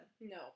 No